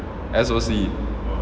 S_O_C